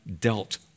dealt